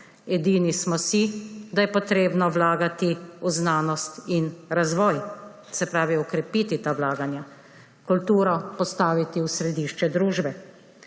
Edini smo si, da je treba vlagati v znanost in razvoj, se pravi, okrepiti ta vlaganja, kulturo postaviti v središče družbe